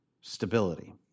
stability